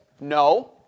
No